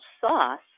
sauce